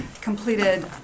completed